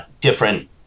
different